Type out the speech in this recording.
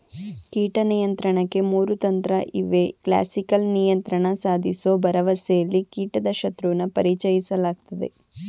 ಕೀಟ ನಿಯಂತ್ರಣಕ್ಕೆ ಮೂರು ತಂತ್ರಇವೆ ಕ್ಲಾಸಿಕಲ್ ನಿಯಂತ್ರಣ ಸಾಧಿಸೋ ಭರವಸೆಲಿ ಕೀಟದ ಶತ್ರುನ ಪರಿಚಯಿಸಲಾಗ್ತದೆ